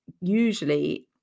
usually